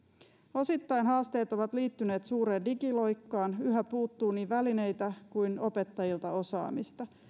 osittain haasteet ovat liittyneet suureen digiloikkaan yhä puuttuu niin välineitä kuin opettajilta osaamista